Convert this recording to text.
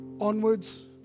onwards